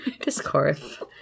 Discourse